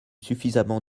suffisamment